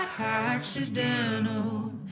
accidental